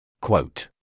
Quote